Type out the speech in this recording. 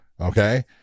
Okay